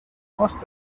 most